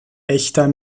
echter